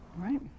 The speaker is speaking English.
right